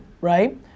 right